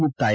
ಮುಕ್ತಾಯ